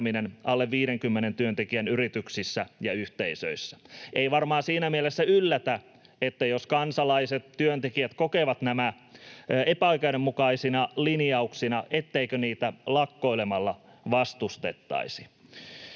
alle 50 työntekijän yrityksissä ja yhteisöissä. Ei varmaan siinä mielessä yllätä, että jos kansalaiset, työntekijät kokevat nämä epäoikeudenmukaisina linjauksina, niitä lakkoilemalla vastustettaisiin.